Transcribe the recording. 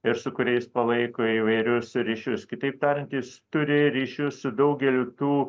ir su kuriais palaiko įvairius ryšius kitaip tariant jis turi ryšių su daugeliu tų